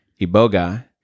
Iboga